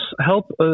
help